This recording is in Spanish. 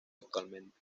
actualmente